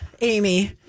Amy